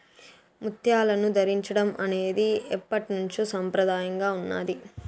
ముత్యాలను ధరించడం అనేది ఎప్పట్నుంచో సంప్రదాయంగా ఉన్నాది